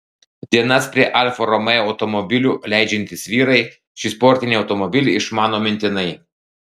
dienas prie alfa romeo automobilių leidžiantys vyrai šį sportinį automobilį išmano mintinai